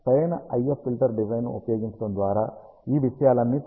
సరైన IF filter డిజైన్ను ఉపయోగించడం ద్వారా ఈ విషయాలన్నీ తొలగించబడాలి